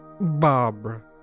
Barbara